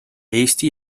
eesti